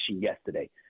yesterday